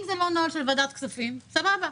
אם זה לא נוהל שמחייב מעבר דרך ועדת הכספים, סבבה.